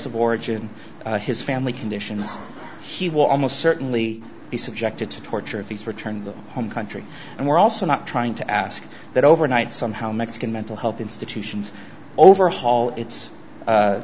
of origin his family conditions he will almost certainly be subjected to torture if he's returned home country and we're also not trying to ask that overnight somehow mexican mental health institutions overhaul its